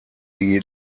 die